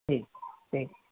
جی ٹھیک ہے